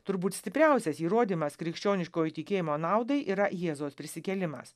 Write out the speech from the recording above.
turbūt stipriausias įrodymas krikščioniško įtikėjimo naudai yra jėzaus prisikėlimas